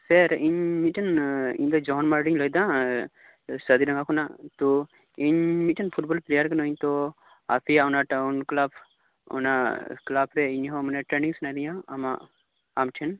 ᱥᱮᱨ ᱤᱧ ᱢᱤᱴᱟᱝ ᱤᱧᱫᱚ ᱡᱚᱱ ᱢᱟᱨᱰᱤᱧ ᱞᱟᱹᱭ ᱮᱫᱟ ᱤᱥᱛᱟᱰᱤ ᱰᱟᱜᱟ ᱠᱷᱚᱱᱟᱜ ᱛᱳ ᱤᱧ ᱢᱤᱴᱟᱝ ᱯᱷᱩᱴᱵᱚᱞ ᱯᱤᱞᱤᱭᱟᱨ ᱠᱟ ᱱᱟᱧ ᱛᱳ ᱟᱯᱮᱭᱟᱜ ᱚᱱᱟ ᱴᱟᱣᱩᱱ ᱠᱞᱟᱵᱽ ᱚᱱᱟ ᱠᱞᱟᱵᱽ ᱨᱮ ᱤᱧ ᱦᱚᱸ ᱢᱟᱱᱮ ᱴᱨᱮᱱᱤᱝ ᱥᱟᱱᱟ ᱤᱫᱤᱧᱟ ᱟᱢᱟᱜ ᱟᱢᱴᱷᱮᱱ